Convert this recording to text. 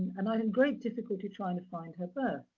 and i had great difficulty trying to find her birth.